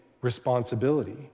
responsibility